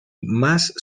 más